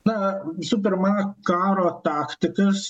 na visų pirma karo taktikas